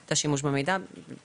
את השימוש במידע לחקירות.